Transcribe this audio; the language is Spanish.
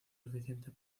eficiente